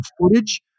footage